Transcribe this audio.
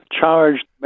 charged